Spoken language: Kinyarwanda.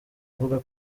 avuga